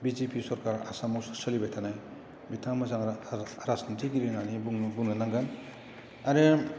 BJP सरकार आसामाव सोलिबाय थानाय बिथाङा मोजां रा राज राजखान्थिगिरि होननानै बुंनो बुंनो नांगोन आरो